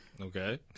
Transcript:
Okay